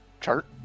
chart